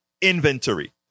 inventory